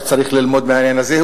שצריך ללמוד מהעניין הזה,